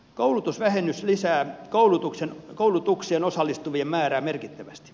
koulutusvähennys lisää koulutukseen osallistuvien määrää merkittävästi